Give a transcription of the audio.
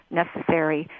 necessary